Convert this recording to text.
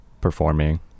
performing